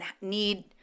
need